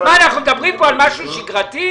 מדברים כאן על משהו שגרתי?